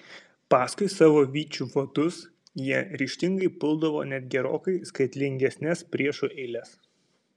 paskui savo vyčių vadus jie ryžtingai puldavo net gerokai skaitlingesnes priešų eiles